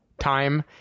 time